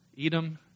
Edom